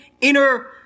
inner